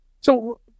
So-